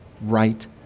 right